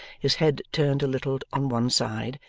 his head turned a little on one side,